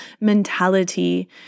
mentality